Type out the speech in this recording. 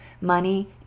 money